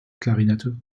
klarinette